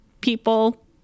people